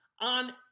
on